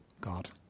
God